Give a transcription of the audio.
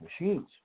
machines